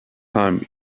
time